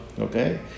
Okay